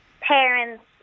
parents